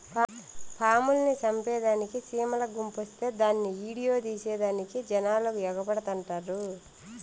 పాముల్ని సంపేదానికి సీమల గుంపొస్తే దాన్ని ఈడియో తీసేదానికి జనాలు ఎగబడతండారు